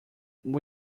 will